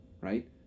right